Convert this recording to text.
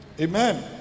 Amen